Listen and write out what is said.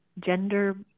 gender